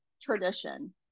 tradition